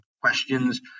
questions